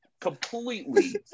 completely